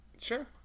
Sure